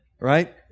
right